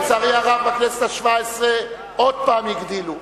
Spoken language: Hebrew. לצערי הרב, בכנסת השבע-עשרה שוב הגדילו.